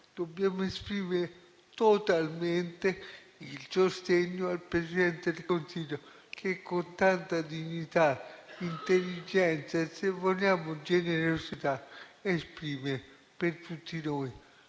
dobbiamo esprimere totalmente il sostegno al Presidente del Consiglio che, con tanta dignità, intelligenza e, se vogliamo, generosità, si esprime per tutti noi.